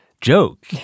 joke